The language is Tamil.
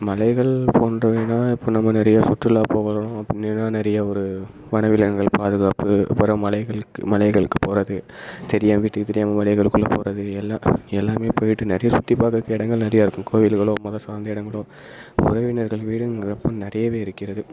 மலைகள் போன்றவைன்னால் இப்போ நம்ம நிறைய சுற்றுலா போகிறோம் அப்போ நிறா நிறைய ஒரு வனவிலங்குகள் பாதுகாப்பு அப்புறம் மலைகளுக்கு மலைகளுக்குப் போகிறது தெரியாமல் வீட்டுக்கு தெரியாம மலைகளுக்குள்ள போகிறது எல்லா எல்லாமே போயிட்டு நிறைய சுற்றி பார்க்கறதுக்கு இடங்கள் நிறையா இருக்கும் கோவிலுகளும் மதம் சார்ந்த இடங்களும் உறவினர்கள் வீடுங்கிறப்போ நிறையவே இருக்கிறது